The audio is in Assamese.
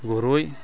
গৰৈ